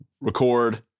record